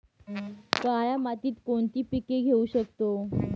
काळ्या मातीत कोणती पिके घेऊ शकतो?